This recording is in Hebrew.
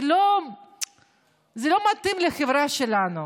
זה לא מתאים לחברה שלנו,